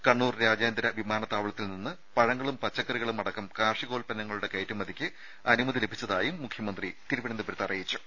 കണ്ണൂർ രാജ്യാന്തര വിമാനത്താവളത്തിൽ നിന്ന് പഴങ്ങളും പച്ചക്കറികളും അടക്കം കാർഷികോൽപ്പന്നങ്ങളുടെ കയറ്റുമതിക്ക് അനുമതി ലഭിച്ചതായും മുഖ്യമന്ത്രി അറിയിച്ചു